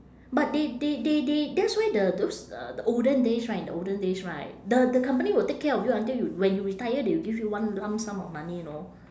but they they they they that's why the those uh the olden days right the olden days right the the company will take care of you until you when you retire they will give you one lump sum of money you know